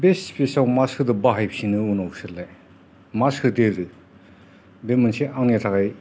बे स्पेसाव मा सोदोब बाहायफिनो उनावसो मा सोदेरो बे मोनसे आंनि थाखाय